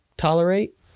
tolerate